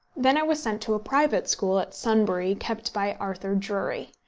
then i was sent to a private school at sunbury, kept by arthur drury.